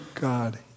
God